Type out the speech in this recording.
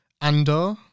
Andor